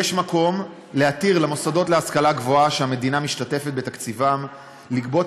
יש מקום להתיר למוסדות להשכלה גבוהה שהמדינה משתתפת בתקציבם לגבות